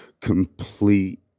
complete